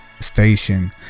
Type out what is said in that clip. station